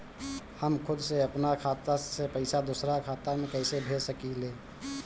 हम खुद से अपना खाता से पइसा दूसरा खाता में कइसे भेज सकी ले?